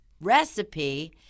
recipe